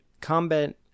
combat